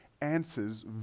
answers